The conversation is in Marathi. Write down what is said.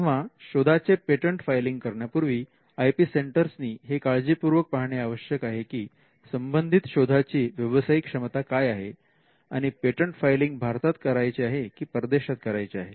तेव्हा शोधाचे पेटंट फायलिंग करण्यापूर्वी आय पी सेंटर नी हे काळजीपूर्वक पाहणे आवश्यक आहे की संबंधित शोधा ची व्यावसायिक क्षमता काय आहे आणि पेटंट फाइलिंग भारतात करायचे आहे की परदेशात करायचे आहे